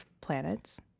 planets